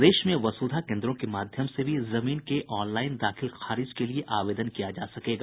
प्रदेश में अब वसुधा केंद्रों के माध्यम से भी जमीन के ऑनलाइन दाखिल खारिज के लिये आवेदन किया जा सकेगा